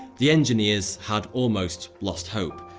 the engineers had almost lost hope,